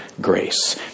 grace